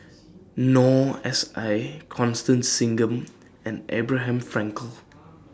Noor S I Constance Singam and Abraham Frankel